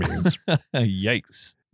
Yikes